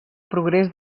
progrés